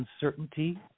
uncertainty